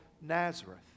Nazareth